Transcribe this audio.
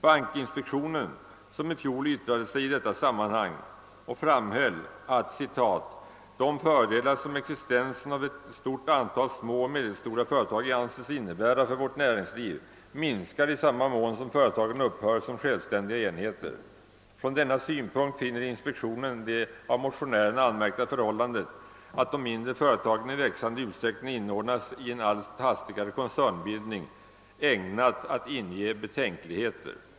Bankinspektionen, som i fjol yttrade sig i detta sammanhang, framhöll då att de fördelar, som existensen av ett stort antal små och medelstora företag anses innebära för vårt näringsliv, minskar i samma mån som företagen upphör som självständiga enheter. Från denna synpunkt fann inspektionen det av motionärerna anmärkta förhållandet, att de mindre företagen i växande utsträckning inordnas i en allt hastigare koncernbildning, ägnat att inge betänkligheter.